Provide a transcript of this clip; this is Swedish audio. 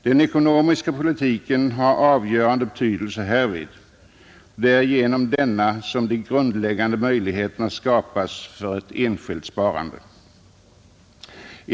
Den ekonomiska politiken har avgörande betydelse härvid. Det är genom denna som de grundläggande möjligheterna skapas för ett enskilt sparande.